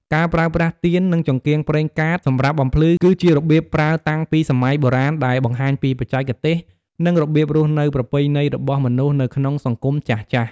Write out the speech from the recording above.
ការប្រើប្រាស់ទៀន និងចង្កៀងប្រេងកាតសម្រាប់បំភ្លឺ គឺជារបៀបប្រើតាំងពីសម័យបុរាណ ដែលបង្ហាញពីបច្ចេកទេសនិងរបៀបរស់នៅប្រពៃណីរបស់មនុស្សនៅក្នុងសង្គមចាស់ៗ។